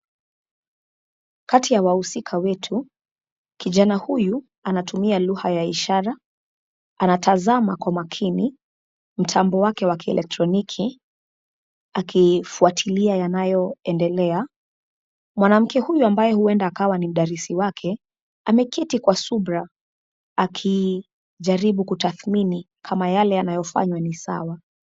Kati ya wahusika wetu kijana huyu anatumia lugha ya ishara anatazama kwa makini mtambo wake wa kielektroniki akifuatilia yanayoendelea mwanamke huyu ambaye huenda akawa ni mdarisi wake. Ameketi kwa subra akijaribu kutathmini kama yale yanayofanywa ni sawa.